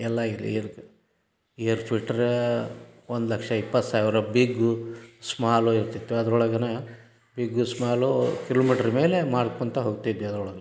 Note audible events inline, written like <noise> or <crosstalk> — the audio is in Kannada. ಎಲ್ಲ <unintelligible> ಏರ್ ಫಿಲ್ಟ್ರ ಒಂದು ಲಕ್ಷ ಇಪ್ಪತ್ತು ಸಾವಿರ ಬಿಗ್ಗು ಸ್ಮಾಲು ಇರ್ತಿತ್ತು ಅದ್ರೊಳಗೇ ಬಿಗ್ಗು ಸ್ಮಾಲು ಕಿಲೋಮೀಟ್ರು ಮೇಲೆ ಮಾಡ್ಕೊಳ್ತ ಹೋಗ್ತಿದ್ವಿ ಅದರೊಳಗೆ